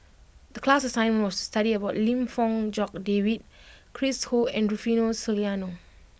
the class assignment was to study about Lim Fong Jock David Chris Ho and Rufino Soliano